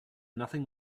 nothing